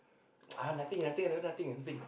ah nothing nothing ah that one nothing ah nothing